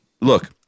look